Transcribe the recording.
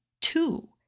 two